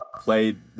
played